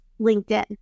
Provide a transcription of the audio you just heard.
LinkedIn